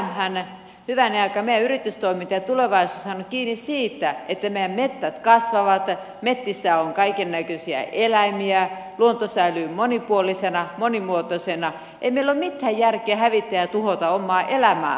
hyvänen aika meidän yritystoimintamme ja tulevaisuutemmehan on kiinni siitä että meidän metsät kasvavat että metsissä on kaikennäköisiä eläimiä luonto säilyy monipuolisena monimuotoisena ei meillä ole mitään järkeä hävittää ja tuhota omaa elämäämme siellä